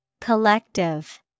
Collective